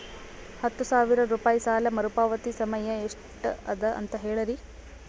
ಹತ್ತು ಸಾವಿರ ರೂಪಾಯಿ ಸಾಲ ಮರುಪಾವತಿ ಸಮಯ ಎಷ್ಟ ಅದ ಅಂತ ಹೇಳರಿ?